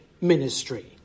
ministry